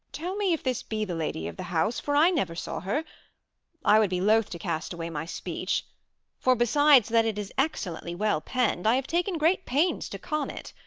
tell me if this be the lady of the house, for i never saw her i would be loth to cast away my speech for, besides that it is excellently well penn'd, i have taken great pains to con it.